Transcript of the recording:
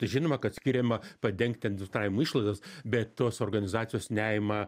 žinoma kad skiriama padengti administravimo išlaidas bet tos organizacijos neima